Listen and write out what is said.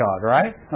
right